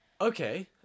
Okay